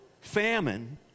famine